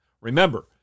Remember